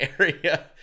area